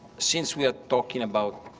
since we're talking about